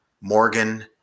Morgan